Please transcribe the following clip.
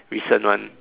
recent one